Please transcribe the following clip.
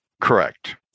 Correct